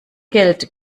geld